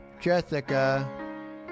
Jessica